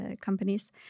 companies